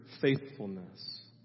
faithfulness